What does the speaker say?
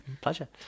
Pleasure